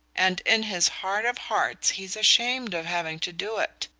and in his heart of hearts he's ashamed of having to do it.